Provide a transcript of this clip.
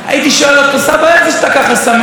הייתי שואל אותו: סבא, איך זה שאתה ככה שמח?